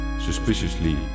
Suspiciously